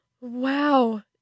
wow